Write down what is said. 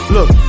Look